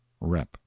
Rep